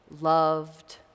loved